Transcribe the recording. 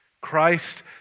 Christ